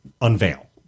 unveil